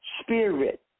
spirit